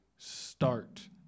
Start